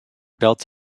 built